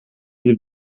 ihr